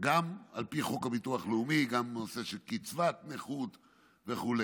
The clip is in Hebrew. גם לפי חוק הביטוח הלאומי וגם בנושא של קצבת נכות וכו'.